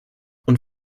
und